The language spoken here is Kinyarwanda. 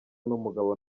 n’umugabo